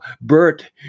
Bert